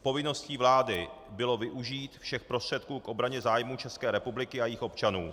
Povinností vlády bylo využít všech prostředků k obraně zájmů České republiky a jejích občanů.